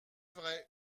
vrai